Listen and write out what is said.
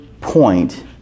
point